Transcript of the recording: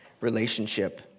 relationship